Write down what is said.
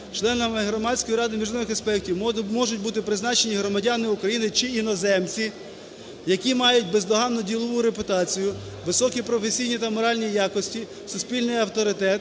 "Членами Громадської ради міжнародних експертів можуть бути призначені громадяни України чи іноземці, які мають бездоганну ділову репутацію, високі професійні та моральні якості, суспільний авторитет,